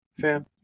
fam